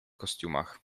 kostiumach